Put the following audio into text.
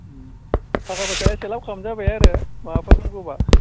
थाखा फैसा एसे लाबोखाब्लानो जाबाय आरो माबाफोर नांगौब्ला